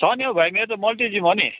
छ नि हो भाइ मेरो मल्टी जिम हो नि